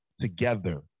together